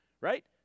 right